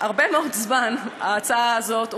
הרבה מאוד זמן עובדים על ההצעה הזאת.